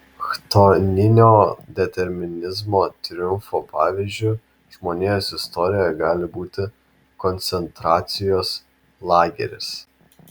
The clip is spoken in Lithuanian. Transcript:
chtoninio determinizmo triumfo pavyzdžiu žmonijos istorijoje gali būti koncentracijos lageris